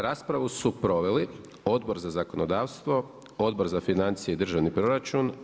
Raspravu su proveli Odbor za zakonodavstvo, Odbor za financije i državni proračun.